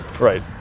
Right